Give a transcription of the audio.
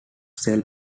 cell